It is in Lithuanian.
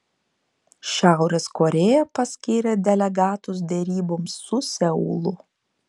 šiaurės korėja paskyrė delegatus deryboms su seulu